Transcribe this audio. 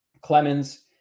Clemens